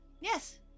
yes